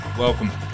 welcome